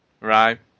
Right